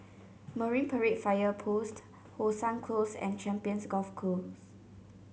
Marine Parade Fire Post How Sun Close and Champions Golf Course